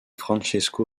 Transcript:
francesco